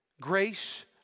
grace